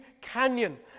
canyon